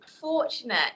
fortunate